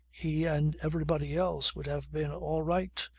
he and everybody else would have been all right,